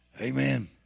Amen